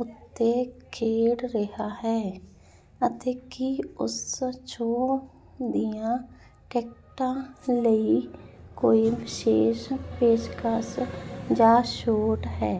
ਉੱਤੇ ਖੇਡ ਰਿਹਾ ਹੈ ਅਤੇ ਕੀ ਉਸ ਸ਼ੋਅ ਦੀਆਂ ਟਿਕਟਾਂ ਲਈ ਕੋਈ ਵਿਸ਼ੇਸ਼ ਪੇਸ਼ਕਸ਼ ਜਾਂ ਛੋਟ ਹੈ